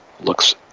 looks